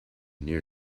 near